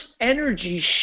energy